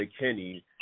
McKinney